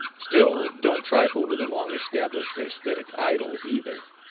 still, don't trifle with a long-established aesthetic idol either.